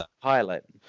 pilot